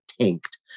tanked